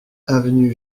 avenue